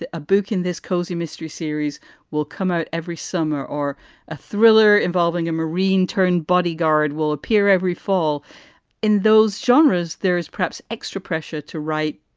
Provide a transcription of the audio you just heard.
ah a book in this cozy mystery series will come out every summer or a thriller involving a marine turned bodyguard will appear every fall in those genres. there's perhaps extra pressure to write,